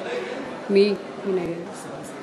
זה נגד, ההצעה הוסרה.